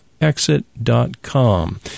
exit.com